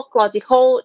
logical